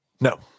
No